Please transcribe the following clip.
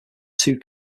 two